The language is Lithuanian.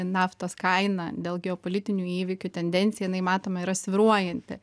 naftos kaina dėl geopolitinių įvykių tendencija jinai matome yra svyruojanti